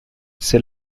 c’est